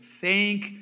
thank